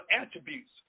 attributes